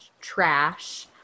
trash